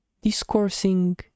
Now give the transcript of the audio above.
Discoursing